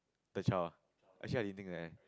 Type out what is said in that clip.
the child ah actually I didn't think that eh